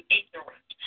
ignorant